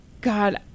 God